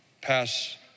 pass